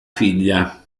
figlia